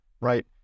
Right